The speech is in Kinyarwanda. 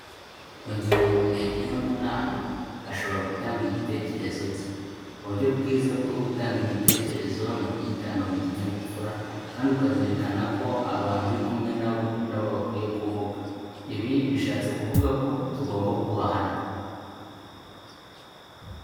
Mu gihe umuntu yagiye mu nama, ashobora gutanga igitekerezo cye. Uburyo bwiza bwo gutanga igitekerezo ni ukugitanga mu kinyabupfura kandi ukazirikana ko abantu uri kumwe na bo, nabo bakwiye kuvuga. Ibi bishatse kuvuga ko tugomba kubahana.